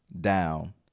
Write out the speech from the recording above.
down